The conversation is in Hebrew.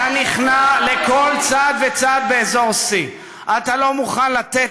אתה נכנע לכל צד וצד באזור C. אתה לא מוכן לתת